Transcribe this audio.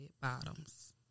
bottoms